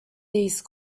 these